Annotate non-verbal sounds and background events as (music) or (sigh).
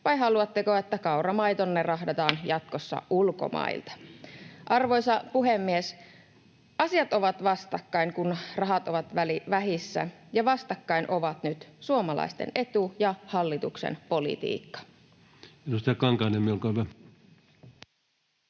vai haluatteko, että kauramaitonne rahdataan (noise) jatkossa ulkomailta? Arvoisa puhemies! Asiat ovat vastakkain, kun rahat ovat vähissä, ja vastakkain ovat nyt suomalaisten etu ja hallituksen politiikka.